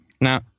Now